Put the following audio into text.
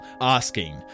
asking